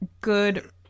good